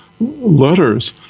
letters